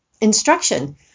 instruction